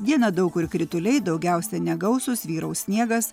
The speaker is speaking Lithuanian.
dieną daug kur krituliai daugiausiai negausūs vyraus sniegas